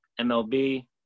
MLB